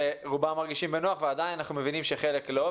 שרובם מרגישים בנוח, ועדיין אנחנו מבינים שחלק לא.